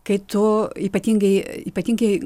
kai tu ypatingai ypatingai